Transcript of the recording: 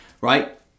right